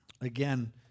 again